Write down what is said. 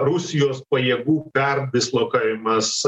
rusijos pajėgų perdislokavimas